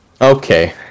Okay